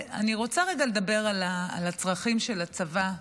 אני רוצה רגע לדבר על הצרכים של הצבא,